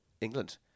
England